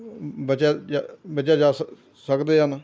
ਬਚਿਆ ਜਾ ਬਚਿਆ ਜਾ ਸਕ ਸਕਦੇ ਹਨ